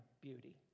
beauty